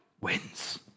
wins